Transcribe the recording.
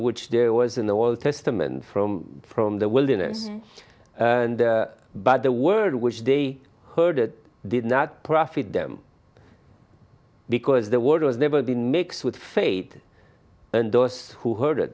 which there was in the old testament from from the wilderness and by the word which they heard it did not profit them because the world has never been mixed with fate and those who h